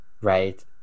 right